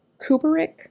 Kubrick